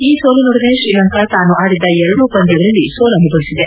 ಈ ಸೋಲಿನೊಡನೆ ಶ್ರೀಲಂಕಾ ತಾನು ಆಡಿದ್ದ ಎರಡೂ ಪಂದ್ಲಗಳಲ್ಲಿ ಸೋಲನುಭವಿಸಿದೆ